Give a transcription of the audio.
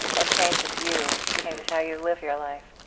and and changes you, changes how you live your life